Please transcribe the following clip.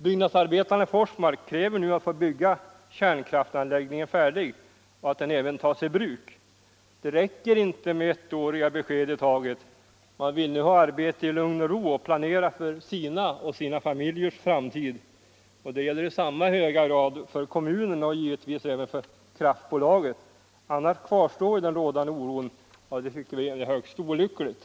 Byggnadsarbetarna i Forsmark kräver nu att få bygga kärnkraftsanläggningen färdig och att den skall tas i bruk. Det räcker inte med besked för ett år i taget. Man vill arbeta i lugn och ro och planera för sin egen och sina familjers framtid. Det gäller i samma höga grad för kommunen och givetvis även för kraftbolaget. Annars kvarstår den rådande oron och det tycker vi är högst olyckligt.